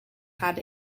had